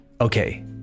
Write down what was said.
Okay